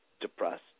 depressed